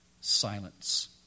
silence